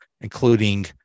including